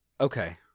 Okay